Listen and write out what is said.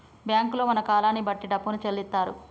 బ్యాంకుల్లో మన కాలాన్ని బట్టి డబ్బును చెల్లిత్తరు